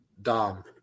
dom